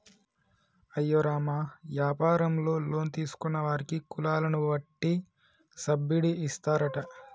అయ్యో రామ యాపారంలో లోన్ తీసుకున్న వారికి కులాలను వట్టి సబ్బిడి ఇస్తారట